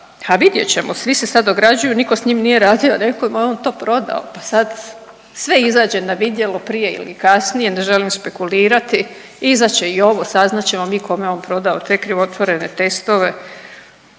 a vidjet ćemo, svi se sad ograđuju, niko s njim nije razvio neku imovinu, on je to prodao, pa sad sve izađe na vidjelo prije ili kasnije, ne želim špekulirati, izaći će i ovo, saznat ćemo mi kome je on prodao te krivotvorene testove